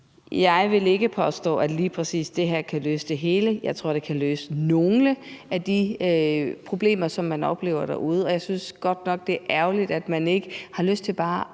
Jeg vil ikke påstå, at lige præcis det her kan løse det hele, men jeg tror, at det kan løse nogle af de problemer, som man oplever derude, og jeg synes godt nok, det er ærgerligt, at man ikke har lyst til at